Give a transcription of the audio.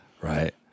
Right